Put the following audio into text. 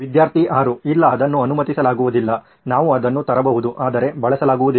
ವಿದ್ಯಾರ್ಥಿ 6 ಇಲ್ಲ ಅದನ್ನು ಅನುಮತಿಸಲಾಗುವುದಿಲ್ಲ ನಾವು ಅದನ್ನು ತರಬಹುದು ಆದರೆ ಬಳಸಲಾಗುವುದಿಲ್ಲ